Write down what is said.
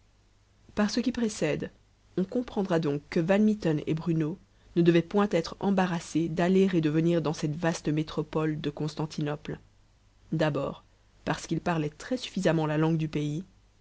par ce qui précède on comprendra donc que van mitten et bruno ne devaient point être embarrassés d'aller et de venir dans cette vaste métropole de constantinople d'abord parce qu'ils parlaient très suffisamment la langue du pays